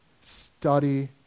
Study